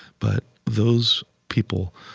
but those people,